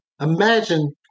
Imagine